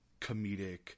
comedic